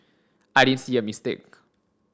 I didn't see a mistake